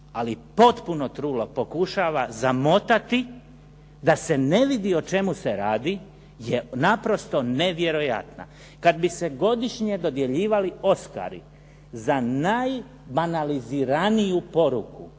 ali potpuno trulo pokušava zamotati da se ne vidi o čemu se radi je naprosto nevjerojatna. Kad bi se godišnje dodjeljivali Oskari za najbanaliziraniju poruku